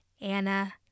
Anna